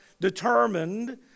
determined